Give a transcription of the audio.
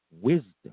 wisdom